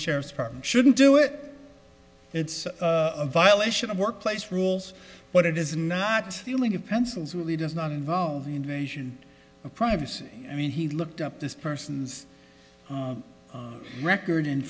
sheriff's department shouldn't do it it's a violation of workplace rules but it is not the only of pencils really does not involve the invasion of privacy i mean he looked up this person's record and